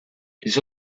les